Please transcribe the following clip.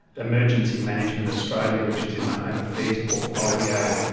emergency management australia, which is in the home affairs portfolio